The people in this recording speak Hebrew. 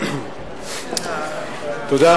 תודה,